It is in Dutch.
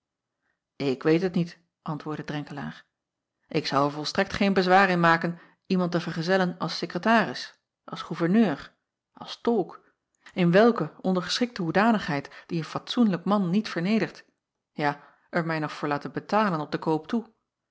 k weet het niet antwoordde renkelaer ik zou er volstrekt geen bezwaar in maken iemand te vergezellen als sekretaris als goeverneur als tolk in welke ondergeschikte hoedanigheid die een fatsoenlijk man niet vernedert ja er mij nog voor laten betalen op den koop toe